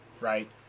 Right